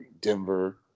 Denver